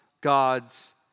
God's